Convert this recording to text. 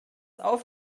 auf